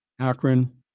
Akron